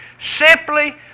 simply